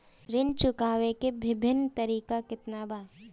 ऋण चुकावे के विभिन्न तरीका केतना बा?